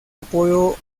apoyo